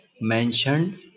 mentioned